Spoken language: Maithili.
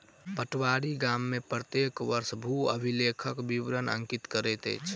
पटवारी गाम में प्रत्येक वर्ष भू अभिलेखक विवरण अंकित करैत अछि